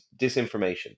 disinformation